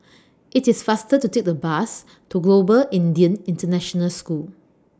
IT IS faster to Take The Bus to Global Indian International School